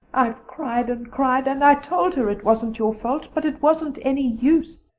i've cried and cried and i told her it wasn't your fault, but it wasn't any use.